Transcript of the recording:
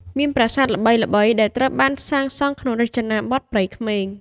មានប្រាសាទល្បីៗដែលត្រូវបានសាងសង់ក្នុងរចនាបថព្រៃក្មេង ។